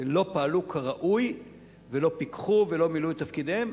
לא פעלו כראוי ולא פיקחו ולא מילאו את תפקידן,